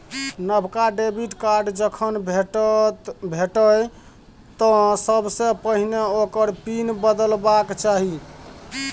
नबका debit card जखन भेटय तँ सबसे पहिने ओकर पिन बदलबाक चाही